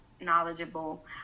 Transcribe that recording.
knowledgeable